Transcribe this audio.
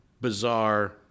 bizarre